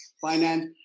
finance